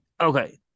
okay